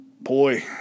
boy